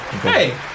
Hey